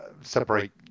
separate